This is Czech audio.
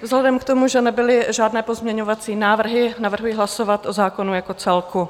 Vzhledem k tomu, že nebyly žádné pozměňovací návrhy, navrhuji hlasovat o zákonu jako celku.